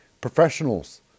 professionals